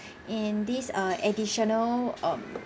and these are additional um